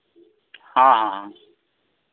ᱦᱚᱸ ᱦᱚᱸ